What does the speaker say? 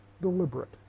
deliberate